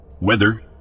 weather